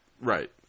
Right